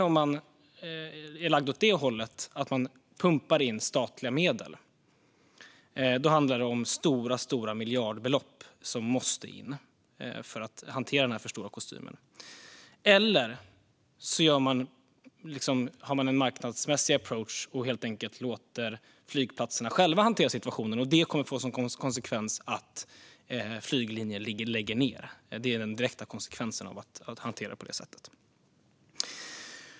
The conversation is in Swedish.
Om man är lagd åt det hållet kan man pumpa in statliga medel. Då handlar det om stora miljardbelopp som måste in för att hantera den för stora kostymen. Det andra sättet är att man har en marknadsmässig approach och låter flygplatserna själva hantera situationen, och det kommer att få som konsekvens att flyglinjer läggs ned. Det är den direkta konsekvensen av att hantera det på det sättet.